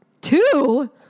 two